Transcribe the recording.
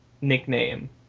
nickname